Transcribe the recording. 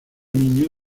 niño